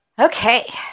Okay